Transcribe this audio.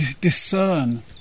discern